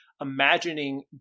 imagining